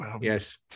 Yes